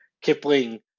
Kipling